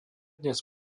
dnes